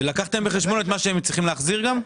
לקחתם בחשבון גם את מה שהם צריכים להחזיר?